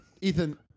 Ethan